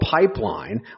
pipeline